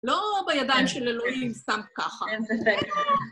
לא בידיים של אלוהים סתם ככה. אין ספק.